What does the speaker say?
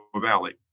Valley